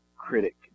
critic